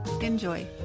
Enjoy